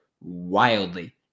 wildly